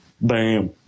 Bam